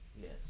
Yes